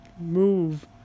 move